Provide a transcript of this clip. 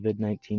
COVID-19